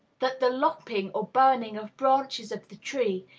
that the lopping or burning of branches of the tree,